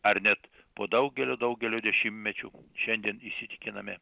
ar net po daugelio daugelio dešimtmečių šiandien įsitikiname